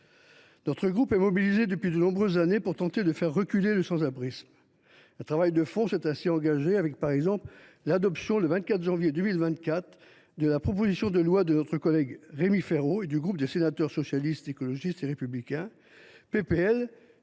Notre groupe est mobilisé depuis de nombreuses années pour tenter de faire reculer le sans abrisme. Un travail de fond s’est ainsi engagé avec l’adoption le 24 janvier 2024 de la proposition de loi de notre collègue Rémi Féraud et du groupe Socialiste, Écologiste et Républicain